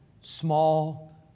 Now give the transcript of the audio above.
small